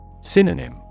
Synonym